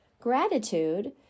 Gratitude